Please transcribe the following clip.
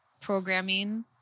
programming